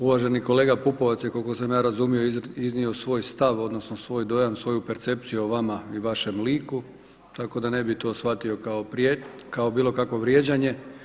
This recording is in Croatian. Uvaženi kolega Pupovac je koliko sam ja razumio iznio svoj stav, odnosno svoj dojam, svoju percepciju o vama i vašem liku tako da ne bi to shvatio kao bilo kakvo vrijeđane.